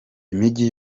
imijyi